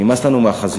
נמאס לנו מהחזירות.